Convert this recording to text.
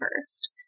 first